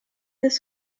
this